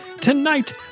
Tonight